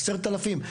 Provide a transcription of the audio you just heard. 10,000?